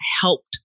helped